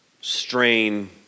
strain